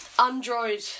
Android